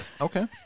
Okay